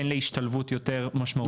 כן להשתלבות יותר משמעותית בחברה.